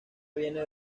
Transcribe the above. viene